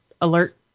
alert